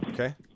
Okay